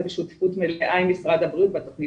זה בשותפות מלאה עם משרד הבריאות בתכנית